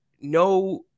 no –